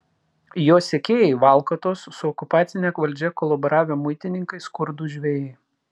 jo sekėjai valkatos su okupacine valdžia kolaboravę muitininkai skurdūs žvejai